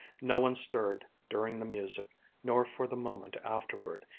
no one stirred during the music nor for the moment afterward,